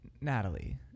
Natalie